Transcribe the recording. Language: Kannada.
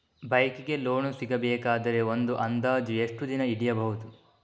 ಬೈಕ್ ಗೆ ಲೋನ್ ಸಿಗಬೇಕಾದರೆ ಒಂದು ಅಂದಾಜು ಎಷ್ಟು ದಿನ ಹಿಡಿಯಬಹುದು?